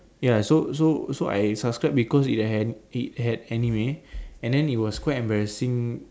ya so so so I subscribe because it had it had anime and then it was quite embarrassing